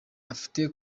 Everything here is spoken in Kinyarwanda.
ufite